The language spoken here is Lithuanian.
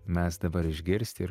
mes dabar išgirsti ir